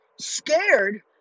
scared